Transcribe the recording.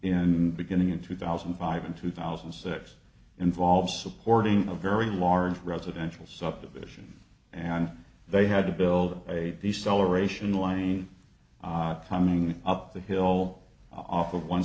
in beginning in two thousand and five in two thousand and six involves supporting a very large residential subdivision and they had to build a the celebration lane timing up the hill off of one